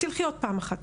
תלכי עוד פעם אחת,